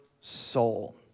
soul